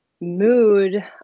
mood